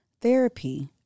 therapy